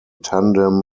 tandem